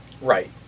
Right